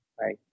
right